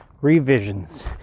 revisions